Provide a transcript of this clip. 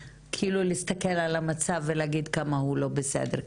להסתכל על המצב ולהגיד כמה הוא לא בסדר.